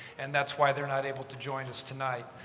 and that's why they're not able to join us tonight.